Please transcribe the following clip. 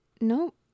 Nope